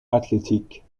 athletic